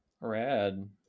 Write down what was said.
Rad